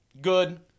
good